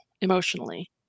emotionally